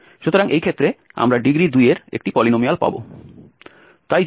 সুতরাং এই ক্ষেত্রে আমরা ডিগ্রি 2 এর একটি পলিনোমিয়াল পাব